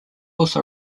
also